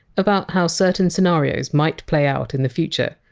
about how certain scenarios might play out in the future.